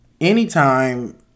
anytime